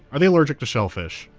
are they allergic to shellfish?